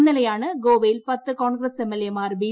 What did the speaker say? ഇന്നലെയാണ് ഗോവയിൽ പത്ത് കോൺഗ്രസ് എംഎൽഎമാർ ബി